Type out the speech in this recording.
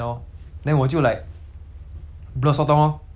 就是是是那时候还小 mah 什么都不懂 then like